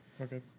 Okay